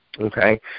Okay